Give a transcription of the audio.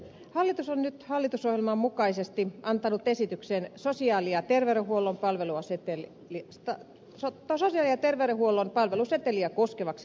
hallitus on nyt hallitusohjelman mukaisesti antanut esityksen sosiaali ja terveydenhuollon palveluseteliä eli mistä soittosarjoja terveydenhuollon palveluseteliä koskevaksi laiksi